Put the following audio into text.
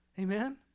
Amen